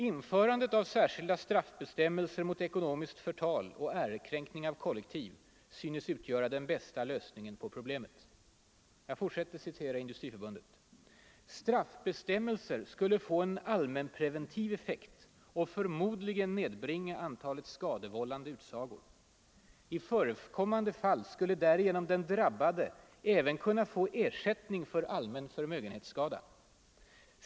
Införandet av särskilda straffbestämmelser mot ekonomiskt förtal och ärekränkning av kollektiv synes utgöra den bästa lösningen på problemet. ”Straffbestämmelser skulle få en allmänpreventiv effekt och förmodligen nedbringa antalet skadevållande utsagor. I förekommande fall skulle därigenom den drabbade även kunna få ersättning för allmän förmögenhetsskada.